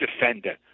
defender